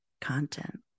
content